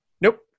Nope